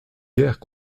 guerres